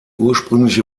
ursprüngliche